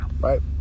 right